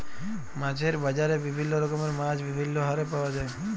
মাছের বাজারে বিভিল্য রকমের মাছ বিভিল্য হারে পাওয়া যায়